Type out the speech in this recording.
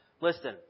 Listen